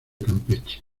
campeche